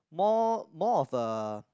more more of a